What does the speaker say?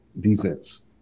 defense